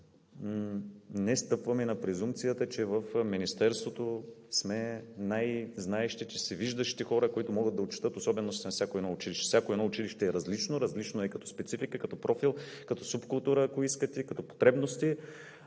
не стъпваме на презумпцията, че в Министерството сме най-знаещите, всевиждащите хора, които могат да отчетат особеностите на всяко едно училище. Всяко едно училище е различно – различно е като специфика, като профил, като субкултура, ако искате, като потребности.